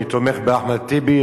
אני תומך באחמד טיבי,